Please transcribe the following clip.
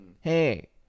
Hey